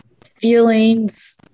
Feelings